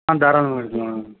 ஆ தாராளமாக இருக்கும் மேடம்